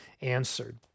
answered